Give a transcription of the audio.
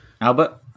Albert